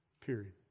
period